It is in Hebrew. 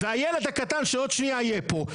והילד הקטן שעוד שנייה יהיה פה,